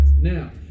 Now